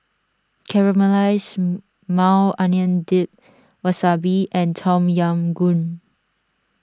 Caramelized Maui Onion Dip Wasabi and Tom Yam Goong